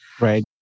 Right